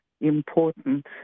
important